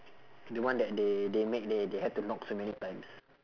the one that they they make they they have to knock so many times